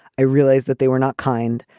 i realized that they were not kind.